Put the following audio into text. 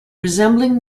resembling